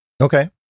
Okay